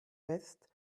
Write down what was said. vest